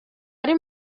ari